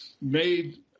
made